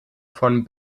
von